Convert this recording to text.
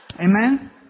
Amen